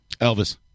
Elvis